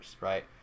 right